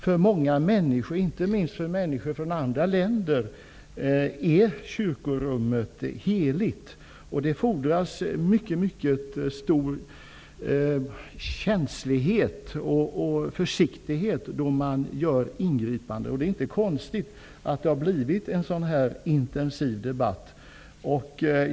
För många människor, inte minst för människor från andra länder, är kyrkorummet heligt. Det fordras mycket stor känslighet och försiktighet när man gör ingripanden på sådana ställen. Det är inte konstigt att det förs en så pass intensiv debatt.